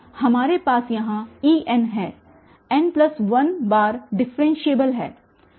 तो हमारे पास यहाँ En है n1बार डिफ़रेन्शियेबल है